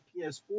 PS4